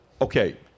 okay